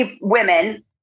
women